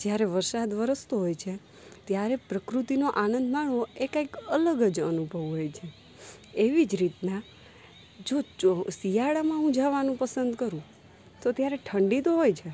જ્યારે વરસાદ વરસતો હોય છે ત્યારે પ્રકૃતિનો આનંદ માણવો એ કંઈક અલગ જ અનુભવ હોય છે એવી જ રીતના જો જો શિયાળામાં હું જવાનું પસંદ કરું તો ત્યારે ઠંડી તો હોય છે